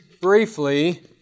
briefly